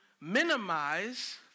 minimize